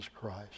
Christ